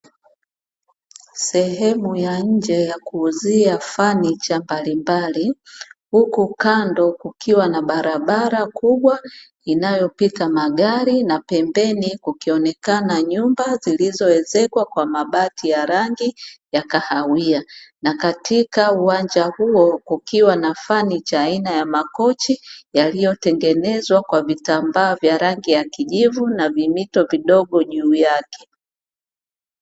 Sehemu ya nje ya kuuzia fanicha mbalimbali, huku kando kukiwa na barabara kubwa inayopita magari na pembeni kukionekana nyumba zilizoezekwa kwa mabati ya rangi ya kahawia, na katika uwanja huo kukiwa na fanicha aina ya makochi yaliyotengenezwa kwa vitambaa vya rangi ya kijivu na vimito vidogo juu yake.